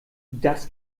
das